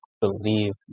believe